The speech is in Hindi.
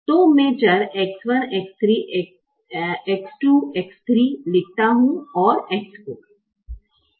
तो मैं चर X1 X2 X3 लिखता हूं और X4